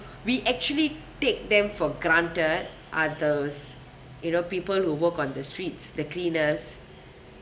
we actually take them for granted are those you know people who work on the streets the cleaners